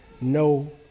no